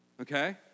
okay